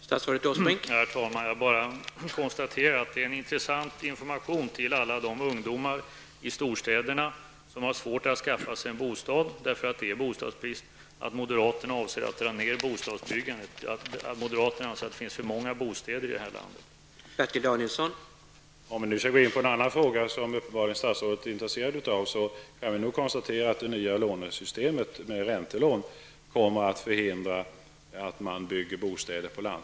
Herr talman! Jag kan bara konstatera att detta var en intressant information till alla de ungdomar i storstäderna som har svårt att skaffa sig en bostad eftersom det råder bostadsbrist: Moderaterna avser att dra ner bostadsbyggandet och anser att det finns för många bostäder i detta land.